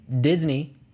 Disney